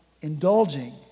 indulging